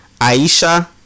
Aisha